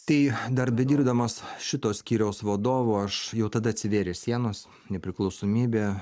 tai dar bedirbdamas šito skyriaus vadovu aš jau tada atsivėrė sienos nepriklausomybė